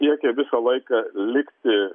siekė visą laiką likti